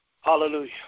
Hallelujah